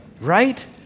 Right